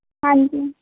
ਹਾਂਜੀ